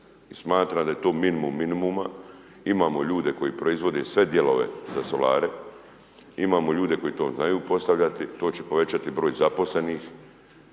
smatram da je to minimum minimuma, imamo ljude koji proizvode sve dijelove za solare, imamo ljude koji to znaju postavljati, to će povećati broj zaposlenih